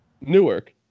Newark